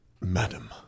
madam